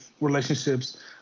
relationships